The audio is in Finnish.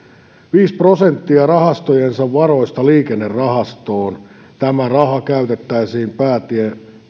viisi prosenttia rahastojensa varoista liikennerahastoon tämä raha käytettäisiin päätie